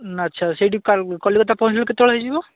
ଆଚ୍ଛା ସେଇଟି କଲିକତା ପହଞ୍ଚିଲେ କେତେବେଳ ହେଇଯିବ